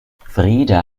frida